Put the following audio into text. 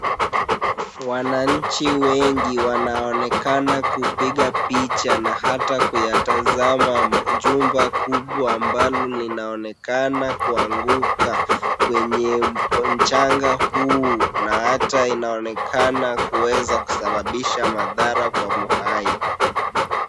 Wananchi wengi wanaonekana kupiga picha na hata kuyatazama jumba kubwa ambalo linaonekana kuanguka kwenye mchanga huu na hata inaonekana kuweza kusababisha madhara kwa uhai.